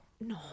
No